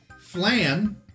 Flan